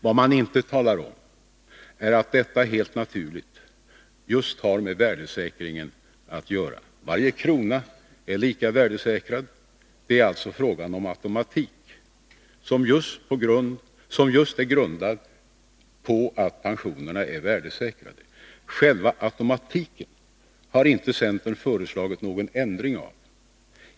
Vad man inte talar om är att detta helt naturligt har med värdesäkringen att göra. Varje krona är lika värdesäkrad, det är alltså frågan om automatik, som just är grundad på att pensionerna är värdesäkrade. Själva automatiken har inte centern föreslagit någon ändring av.